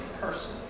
person